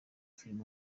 filime